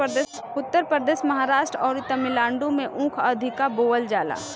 उत्तर प्रदेश, महाराष्ट्र अउरी तमिलनाडु में ऊख अधिका बोअल जाला